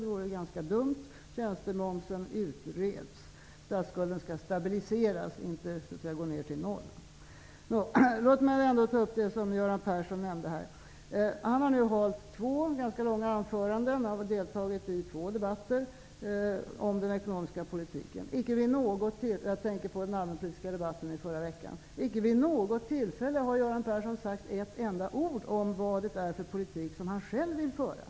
Det vore ganska dumt. Statsskulden skall stabiliseras, inte gå ned till noll. -- Tjänstemomsen utreds. Låt mig också ta upp det som Göran Persson nämnde. Han har nu hållit två långa anföranden i två debatter om den ekonomiska politiken. Det första hölls under den allmänpolitiska debatten i förra veckan. Icke vid något tillfälle har Göran Persson sagt ett enda ord om vad det är för politik som han själv vill föra.